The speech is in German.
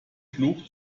fluch